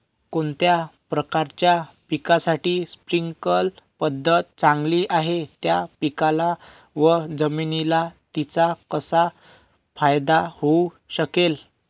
कोणत्या प्रकारच्या पिकासाठी स्प्रिंकल पद्धत चांगली आहे? त्या पिकाला व जमिनीला तिचा कसा फायदा होऊ शकेल?